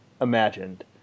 imagined